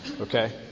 Okay